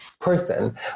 person